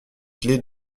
clés